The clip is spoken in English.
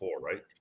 right